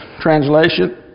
translation